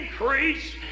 increase